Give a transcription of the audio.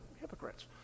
hypocrites